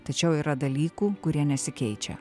tačiau yra dalykų kurie nesikeičia